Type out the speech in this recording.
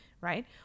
right